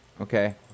Okay